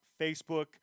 Facebook